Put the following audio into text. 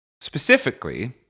Specifically